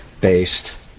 based